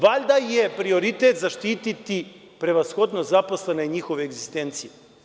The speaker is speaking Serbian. Valjda je prioritet zaštiti prevashodno zaposlene i njihove egzistencije.